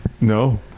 no